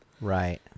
Right